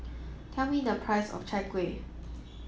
tell me the price of Chai Kuih